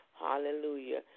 hallelujah